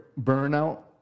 burnout